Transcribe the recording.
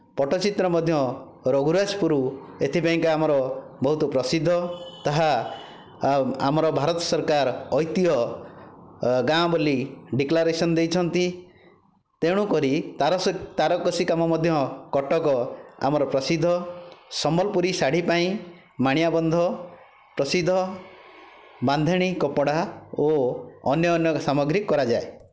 ପଟ୍ଟଚିତ୍ର ମଧ୍ୟ ରଘୁରାଜପୁରୁ ଏଥିପାଇଁକା ଆମର ବହୁତ ପ୍ରସିଦ୍ଧ ତାହା ଆମର ଭାରତ ସରକାର ଐତିହ୍ୟ ଗାଁ ବୋଲି ଡିକ୍ଲାରେସନ୍ ଦେଇଛନ୍ତି ତେଣୁକରି ତାରସ ତାରକସି କାମ ମଧ୍ୟ କଟକ ଆମର ପ୍ରସିଦ୍ଧ ସମ୍ବଲପୁରୀ ଶାଢ଼ୀ ପାଇଁ ମାଣିଆବନ୍ଧ ପ୍ରସିଦ୍ଧ ବାନ୍ଧେଣି କପଡ଼ା ଓ ଅନ୍ୟ ଅନ୍ୟ ସାମଗ୍ରୀ କରାଯାଏ